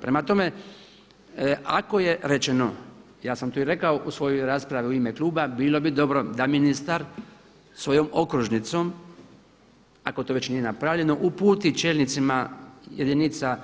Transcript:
Prema tome, ako je rečeno ja sam to i rekao u svojoj raspravi u ime kluba bilo bi dobro da ministar svojom okružnicom ako to već nije napravljeno uputi čelnicima jedinica